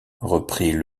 reprit